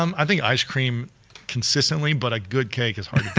um i think ice cream consistently, but a good cake is